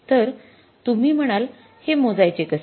तर तुम्ही म्हणाल हे मोजायचे कसे